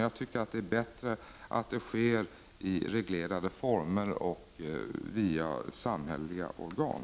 Därför tycker jag att det är bättre att adressförsäljningen sker i reglerade former och via samhälleliga organ.